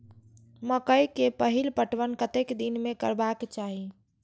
मकेय के पहिल पटवन कतेक दिन में करबाक चाही?